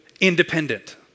independent